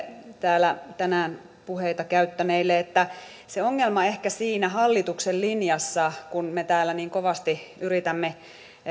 täällä tänään puheita käyttäneille perussuomalaisille että ehkä se ongelma siinä hallituksen linjassa kun me täällä niin kovasti yritämme